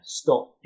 stop